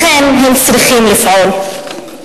לכן הם צריכים לפעול.